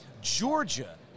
Georgia